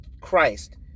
Christ